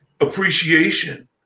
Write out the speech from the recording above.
appreciation